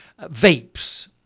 Vapes